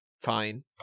Fine